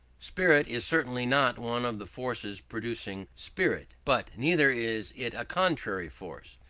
spirit is certainly not one of the forces producing spirit, but neither is it a contrary force.